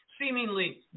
seemingly